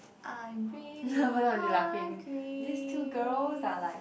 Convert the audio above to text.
I'm really hungry